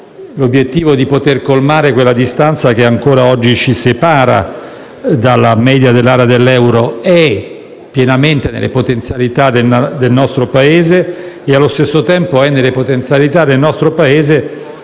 l'obiettivo di colmare quella distanza che ancora oggi ci separa dalla media dell'area dell'euro è pienamente nelle potenzialità del nostro Paese; dall'altro, è allo stesso tempo nelle potenzialità del nostro Paese